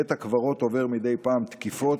בית הקברות עובר מדי פעם תקיפות,